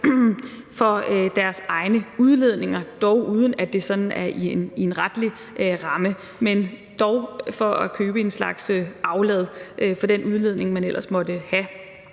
for deres egne udledninger, dog uden at det sådan er i en retlig ramme, men som en mulighed for at købe en slags aflad for den udledning, man ellers måtte have.